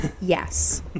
yes